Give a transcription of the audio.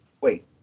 Wait